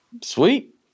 Sweet